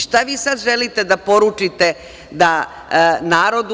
Šta vi sad želite da poručite narodu?